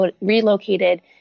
relocated